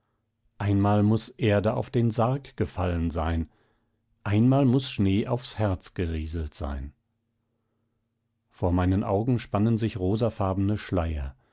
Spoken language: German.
einmal muß erde auf den sarg gefallen sein einmal muß schnee aufs herz gerieselt sein vor meinen augen spannen sich rosafarbene schleier